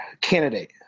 candidate